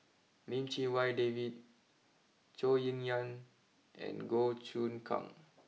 Lim Chee Wai David Zhou Ying Nan and Goh Choon Kang